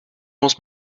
muss